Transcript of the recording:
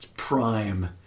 Prime